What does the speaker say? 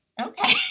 Okay